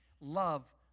love